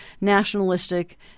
nationalistic